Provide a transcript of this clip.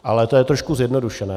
Ale to je trošku zjednodušené.